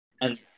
and-